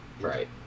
Right